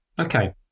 Okay